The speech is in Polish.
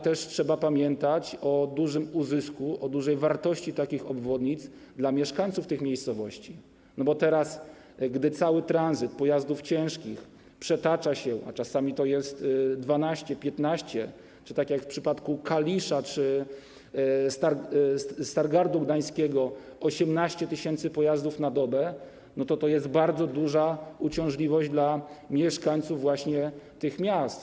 Też trzeba pamiętać o dużym uzysku, o dużej wartości takich obwodnic dla mieszkańców tych miejscowości, bo teraz, gdy cały tranzyt pojazdów ciężkich przetacza się tam, a czasami to jest 12, 15 czy tak jak w przypadku Kalisza czy Stargardu Gdańskiego 18 tys. pojazdów na dobę, to jest to bardzo duża uciążliwość dla mieszkańców tych miast.